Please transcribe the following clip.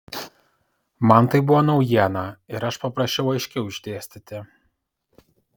man tai buvo naujiena ir aš paprašiau aiškiau išdėstyti